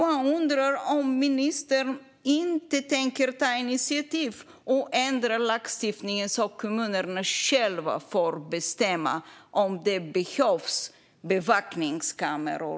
Jag undrar om ministern tänker ta initiativ till att ändra lagstiftningen så att kommunerna själva får bestämma om det behövs bevakningskameror.